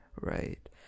Right